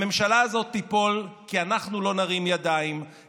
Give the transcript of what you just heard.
הממשלה הזאת תיפול כי אנחנו לא נרים ידיים,